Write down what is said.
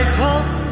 come